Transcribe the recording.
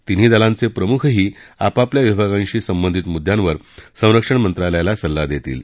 तिन्ही दलांचे प्रमुखही आपापल्या विभागांशी संबंधित मुद्दयांवर संरक्षण मंत्रालयाला सल्ला देतील